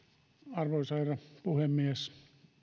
arvoisa herra puhemies